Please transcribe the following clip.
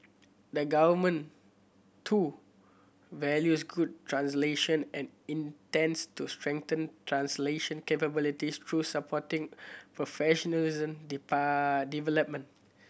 the Government too values good translation and intends to strengthen translation capabilities through supporting professional development